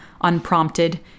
unprompted